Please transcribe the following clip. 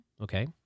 Okay